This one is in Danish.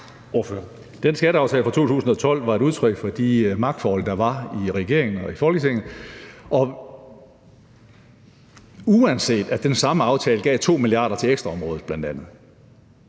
Den skatteaftale fra 2012 var et udtryk for de magtforhold, der var i regeringen og i Folketinget. Og uanset at den samme aftale bl.a. gav 2 mia. kr. ekstra til ældreområdet,